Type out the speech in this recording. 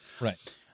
right